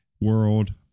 world